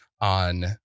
on